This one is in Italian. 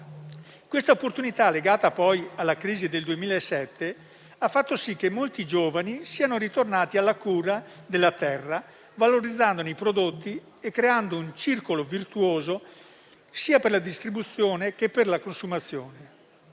Quest'opportunità, legata poi alla crisi del 2007, ha fatto sì che molti giovani siano ritornati alla cura della terra, valorizzandone i prodotti e creando un circolo virtuoso, sia per la distribuzione sia per la consumazione.